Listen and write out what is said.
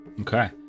okay